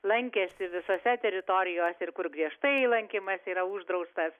lankėsi visose teritorijose ir kur griežtai lankymas yra uždraustas